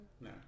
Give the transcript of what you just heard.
No